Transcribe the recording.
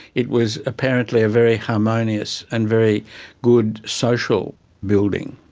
it was apparently a very harmonious and very good social building.